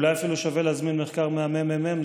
אולי אפילו שווה להזמין מחקר מהממ"מ,